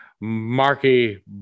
Marky